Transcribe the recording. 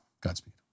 Godspeed